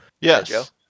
Yes